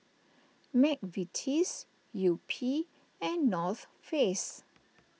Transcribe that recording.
Mcvitie's Yupi and North Face